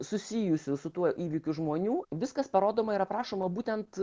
susijusių su tuo įvykiu žmonių viskas parodoma ir aprašoma būtent